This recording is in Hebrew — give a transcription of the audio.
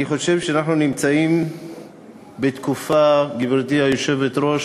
אני חושב שאנחנו נמצאים בתקופה, גברתי היושבת-ראש,